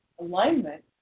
alignment